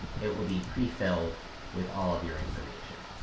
it will be pre-filled with all of your information.